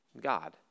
God